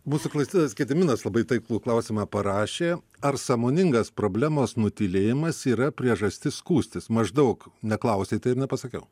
mūsų klausytojas gediminas labai taiklų klausimą parašė ar sąmoningas problemos nutylėjimas yra priežastis skųstis maždaug neklausei tai ir nepasakiau